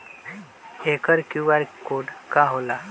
एकर QR code का होकेला?